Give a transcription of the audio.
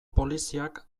poliziak